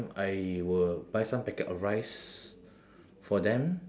I will buy some packet of rice for them